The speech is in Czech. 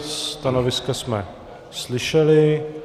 Stanoviska jsme slyšeli.